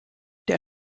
der